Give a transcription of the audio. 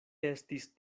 estis